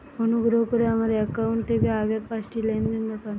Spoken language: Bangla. অনুগ্রহ করে আমার অ্যাকাউন্ট থেকে আগের পাঁচটি লেনদেন দেখান